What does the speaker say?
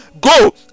Go